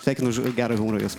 sveikinu už gerą humoro jausmą